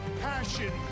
passion